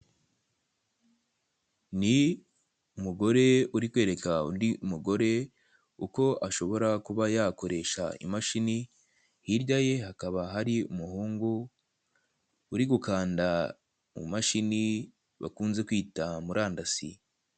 Mu ishuri, abanyeshuru bicaye ku ntebe zifite aho gutereka mudasobwa. Umugore wambaye ikoti ry'umukara, ari kwereka umwe muri abo banyeshuri ibintu runaka muri mudasobwa ye, nk'aho ari kubigisha uko bakoresha mudasobwa.